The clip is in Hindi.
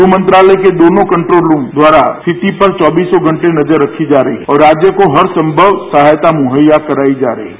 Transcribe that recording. गृह मंत्रालय के दोनों कंट्रोल रूम द्वारा स्थिति पर चौबीसों घंटे नजर रखी जा रही है और राज्य को हर संभव सहायता मुहैया कराई जा रही है